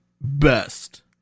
best